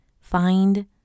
Find